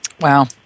Wow